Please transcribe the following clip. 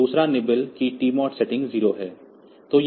तो दूसरा निबल की टीमोड सेटिंग 0 है